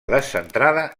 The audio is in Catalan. descentrada